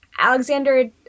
Alexander